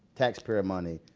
taxpayer money,